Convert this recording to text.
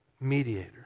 mediator